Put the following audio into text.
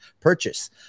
purchase